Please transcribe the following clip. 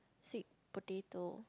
sweet potato